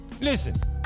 Listen